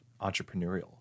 entrepreneurial